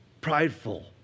prideful